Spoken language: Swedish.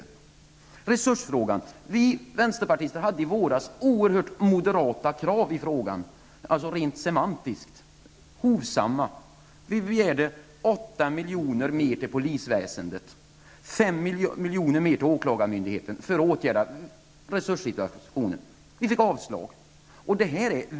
Beträffande resursfrågan hade vi i vänsterpartiet oerhört moderata krav i frågan, alltså rent semantiskt, hovsamma. Vi begärde 8 miljoner mer till polisväsendet och 5 miljoner mer till åklagarmyndigheten för att åtgärda resurssituationen. Vi fick avslag.